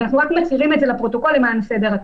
אבל אנחנו רק מצהירים על זה לפרוטוקול למען הסדר הטוב.